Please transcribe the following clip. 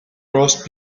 roast